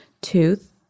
Tooth